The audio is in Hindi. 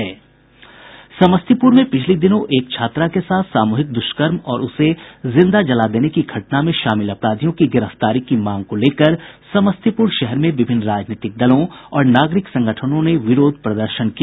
समस्तीपुर में पिछले दिनों एक छात्रा के साथ हुए सामूहिक दुष्कर्म और उसे जिंदा जला देने की घटना में शामिल अपराधियों की गिरफ्तारी की मांग को लेकर समस्तीपुर शहर में विभिन्न राजनीतिक दलों और नागरिक संगठनों ने विरोध प्रदर्शन किया